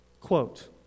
Quote